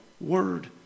word